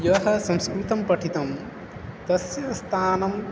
यः संस्कृतं पठितं तस्य स्थानम्